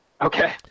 Okay